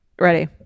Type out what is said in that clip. Ready